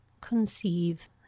Conceive